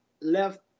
left